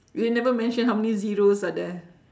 you never mention how many zeros are there